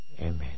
Amen